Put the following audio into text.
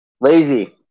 Lazy